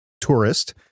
tourist